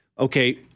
Okay